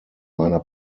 meiner